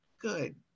good